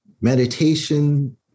meditation